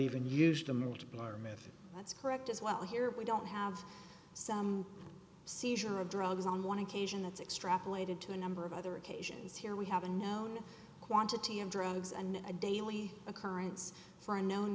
method that's correct as well here we don't have some seizure of drugs on one occasion that's extrapolated to a number of other occasions here we have a known quantity of drugs and a daily occurrence for unknown